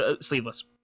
sleeveless